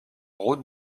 route